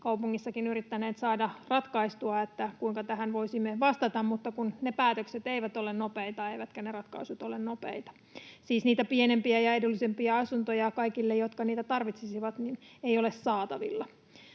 kaupungissakin yrittäneet saada ratkaistua, että kuinka tähän voisimme vastata, mutta ne päätökset eivät ole nopeita, eivätkä ne ratkaisut ole nopeita. Siis niitä pienempiä ja edullisempia asuntoja kaikille, jotka niitä tarvitsisivat, ei ole saatavilla.